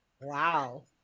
Wow